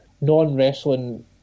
non-wrestling